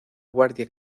guardia